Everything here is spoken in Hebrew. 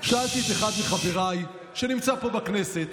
שאלתי את אחד מחבריי שנמצא פה בכנסת,